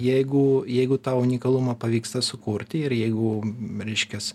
jeigu jeigu tą unikalumą pavyksta sukurti ir jeigu reiškias